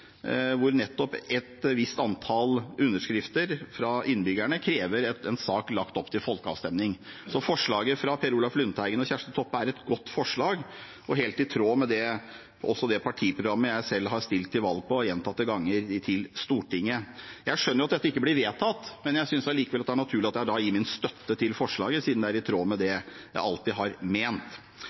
hvor et visst antall underskrifter fra innbyggerne krever en sak lagt fram for folkeavstemning, og forslaget fra Per Olaf Lundteigen og Kjersti Toppe er et godt forslag som også er helt i tråd med det partiprogrammet jeg selv har stilt til valg til Stortinget på gjentatte ganger. Jeg skjønner at det ikke blir vedtatt, men jeg synes det likevel er naturlig at jeg gir min støtte til forslaget, siden det er i tråd med det jeg alltid har ment.